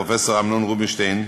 פרופסור אמנון רובינשטיין,